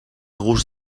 gust